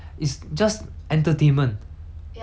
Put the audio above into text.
entertainment okay despite it being a book ah